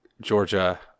Georgia